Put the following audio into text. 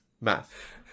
Math